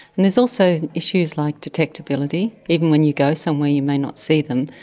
and there's also issues like detectability. even when you go somewhere you may not see them.